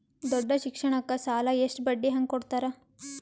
ದೊಡ್ಡ ಶಿಕ್ಷಣಕ್ಕ ಸಾಲ ಎಷ್ಟ ಬಡ್ಡಿ ಹಂಗ ಕೊಡ್ತಾರ?